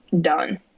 done